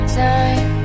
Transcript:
time